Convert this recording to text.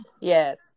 Yes